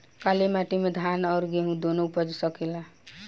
काली माटी मे धान और गेंहू दुनो उपज सकेला?